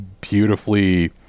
beautifully